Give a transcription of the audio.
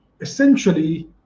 essentially